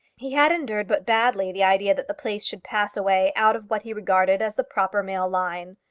he had endured but badly the idea that the place should pass away out of what he regarded as the proper male line.